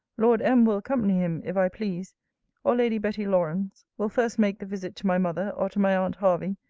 lord m. will accompany him, if i please or lady betty lawrance will first make the visit to my mother, or to my aunt hervey,